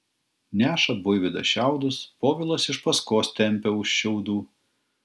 neša buivydas šiaudus povilas iš paskos tempia už šiaudų